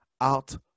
out